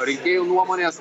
rinkėjų nuomonės